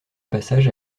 passage